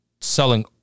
selling